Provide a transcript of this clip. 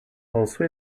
also